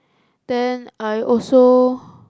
then I also